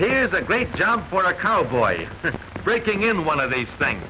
is a great job for a cowboy breaking in one of these things